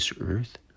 earth